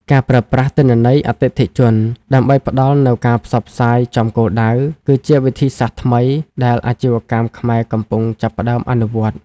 ការប្រើប្រាស់ទិន្នន័យអតិថិជន ដើម្បីផ្ដល់នូវការផ្សព្វផ្សាយចំគោលដៅ គឺជាវិធីសាស្ត្រថ្មីដែលអាជីវកម្មខ្មែរកំពុងចាប់ផ្ដើមអនុវត្ត។